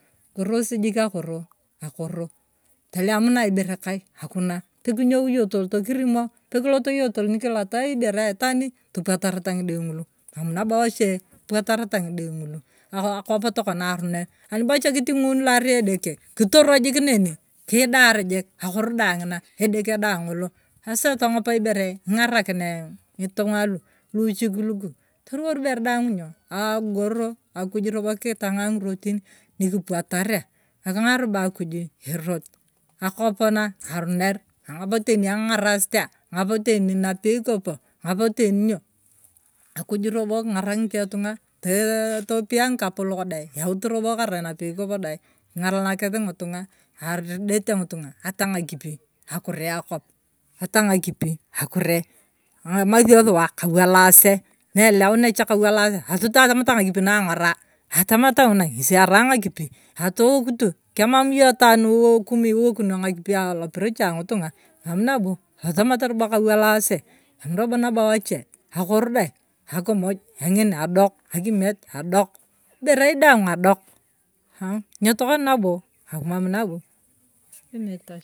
Ig'orosi jik akoro. akoro. tolemunae iboree kaii hakuna pe kilot iyong tonyou kirimoo pekioto tani kitataa iboree aitwaani topwatarata ng'idae nguluu emam nabo wachee epwatarata ng'idae nguluu akwaap tokara aloner anibocha kitung'uu lo arai edeke kitor jik nenii kidaar jik akooro dae ng'inaa edeke daa ng'oloo asaa tong'op iboree dwaang iny'o akigoro akuj robo tong'aa ng'irotenii lu kipwatarae tangaa robo akujuu erot, akwaap nae aruner ang'opae taani ng'a ng'arasitia angop tani napei kopo nng'op taani iny'o akuj robo king'arak ng'ikeo tungaa topia ng'ikapolok dae yautu robo karai napei kopo dae king'alanakisi ng'itungaa anidete ng'itungaa ata ng'akipii akuree akwaap ata ng'akipii akuree emasio suwa kawalasee naeleleunae cha kwalasee atoloto atomata ng'akipii na ng'oraa atomataa ng'unae ngesi arai naakipii atowokutu kemam iyong itaani kumi naa iwokinoo ng'akipii aloperehio ang'itungaa emum nabo loto tomat kawalasee emam roboo wache akoro dae akimuj ng'engin adok akimet adok ng'ebereii adok ng'o tokana nabo emama nabo.